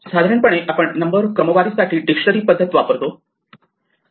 साधारणपणे आपण नंबर क्रमवारी साठी डिक्शनरी पद्धत वापरतो